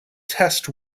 test